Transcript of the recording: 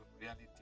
Reality